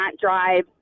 drive